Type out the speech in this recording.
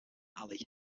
alley